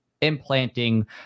implanting